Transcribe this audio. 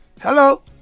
Hello